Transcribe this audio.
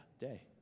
day